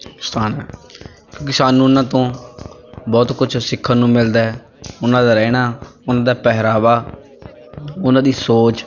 ਸਥਾਨ ਹੈ ਕਿਉਂਕਿ ਸਾਨੂੰ ਉਹਨਾਂ ਤੋਂ ਬਹੁਤ ਕੁਛ ਸਿੱਖਣ ਨੂੰ ਮਿਲਦਾ ਉਹਨਾਂ ਦਾ ਰਹਿਣਾ ਉਹਨਾਂ ਦਾ ਪਹਿਰਾਵਾ ਉਹਨਾਂ ਦੀ ਸੋਚ